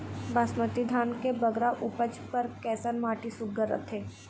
बासमती धान के बगरा उपज बर कैसन माटी सुघ्घर रथे?